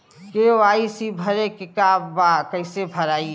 KYC भरे के बा कइसे भराई?